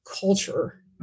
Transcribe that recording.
culture